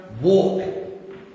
Walk